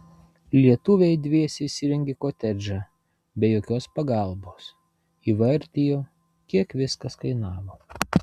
lietuviai dviese įsirengė kotedžą be jokios pagalbos įvardijo kiek viskas kainavo